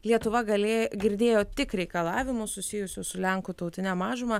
lietuva galė girdėjo tik reikalavimus susijusius su lenkų tautine mažuma